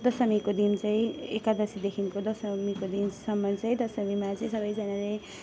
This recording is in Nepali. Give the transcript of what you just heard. दशमीको दिन चाहिँ एकादशीदेखिको दशमीको दिनसम्म चाहिँ दशमीमा चाहिँ सबैजनाले